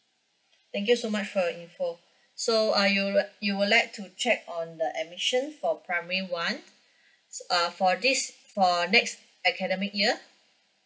thank you so much for your info so uh you wo~ you would like to check on the admission for primary one uh for this for next academic year